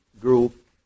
group